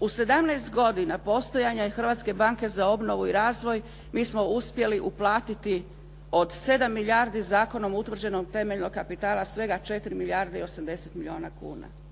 U 17 godina postojanja Hrvatske banke za obnovu i razvoj, mi smo uspjeli uplatiti od 7 milijardi zakonom utvrđenog temeljnog kapitala svega 4 milijarde i 80 milijuna kuna.